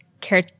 care